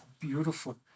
beautiful